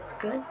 good